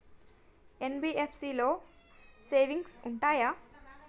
NBFC లో savings ఉంటయా?